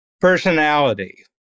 Personality